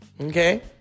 Okay